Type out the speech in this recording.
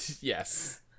Yes